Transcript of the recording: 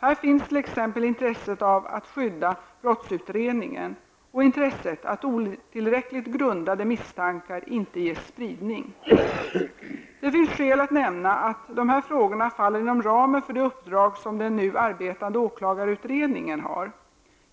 Här finns t.ex. intresset av att skydda brottsutredningen och intresset att otillräckligt grundade misstankar inte ges spridning. Det finns skäl att nämna att dessa frågor faller inom ramen för det uppdrag som den nu arbetande åklagarutredningen har.